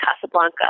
Casablanca